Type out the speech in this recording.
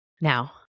Now